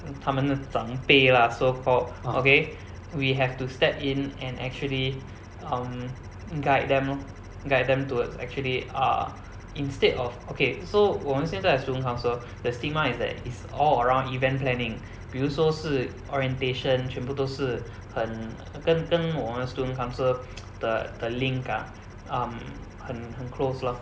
他们的长辈 lah so called okay we have to step in and actually um guide them lor guide them towards actually uh instead of okay so 我们现在的 student council the stigma is that is all around event planning 比如说是 orientation 全部都是很跟跟我们的 student council 的的 link ah um 很很 close lor